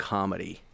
Comedy